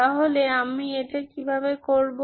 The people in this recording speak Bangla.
তাহলে আমি এটা কিভাবে করব